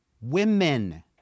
women